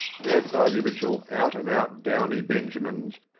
there to buy the original out-and-out downy benjamins,